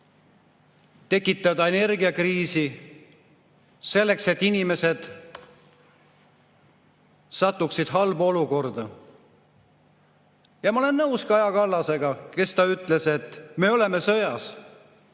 tekitada energiakriis selleks, et inimesed satuksid halba olukorda. Ja ma olen nõus Kaja Kallasega, kes ütles, et me oleme sõjas.